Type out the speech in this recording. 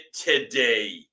today